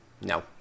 No